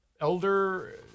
Elder